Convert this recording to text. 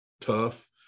tough